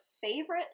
favorite